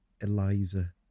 Eliza